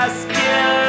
skin